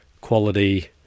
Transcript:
quality